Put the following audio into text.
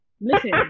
listen